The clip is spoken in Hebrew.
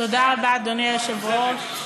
תודה רבה, אדוני היושב-ראש.